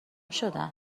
شدن